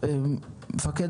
מפקד